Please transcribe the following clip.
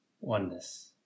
Oneness